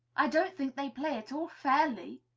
i don't think they play at all fairly,